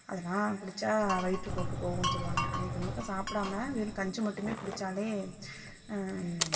அதெலாம் குடிச்சால் வயிற்றுப்போக்கு போகும்னு சொல்லுவாங்கள் அன்னைக்கு முழுக்க சாப்பிடாம வெறும் கஞ்சி மட்டுமே குடிச்சாலே